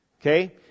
Okay